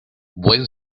buen